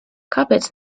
kāpēc